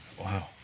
Wow